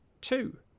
Two